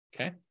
Okay